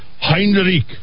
Heinrich